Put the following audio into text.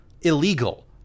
illegal